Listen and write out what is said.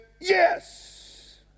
yes